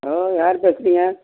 hello யார் பேசுகிறீங்க